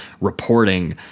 reporting